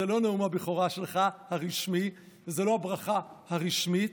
זה לא נאום הבכורה שלך הרשמי, זו לא הברכה הרשמית,